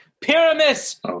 Pyramus